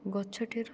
ଗଛଟିର